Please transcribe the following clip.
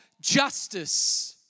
justice